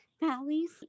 valleys